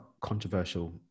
controversial